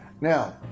Now